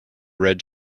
red